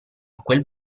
quel